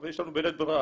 אבל אנחנו בלית ברירה,